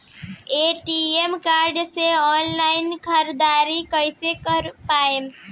ATM card से online ख़रीदारी कइसे कर पाएम?